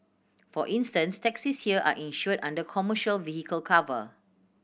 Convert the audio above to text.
for instance taxis here are insured under commercial vehicle cover